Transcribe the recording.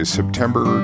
September